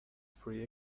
free